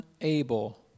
unable